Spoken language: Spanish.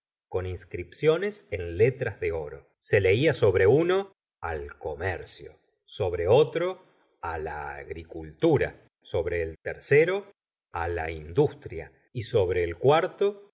con inscripciones en letras de oro se leía sobre uno al comercio sobre otro a la agricultura sobre el tercero a la industria y sobre el cuarto